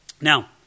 Now